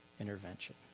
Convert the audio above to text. intervention